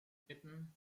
bitten